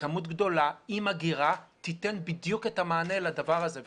בכמות גדולה עם אגירה תיתן בדיוק את המענה לדבר הזה.